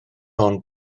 ond